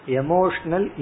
emotional